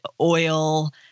oil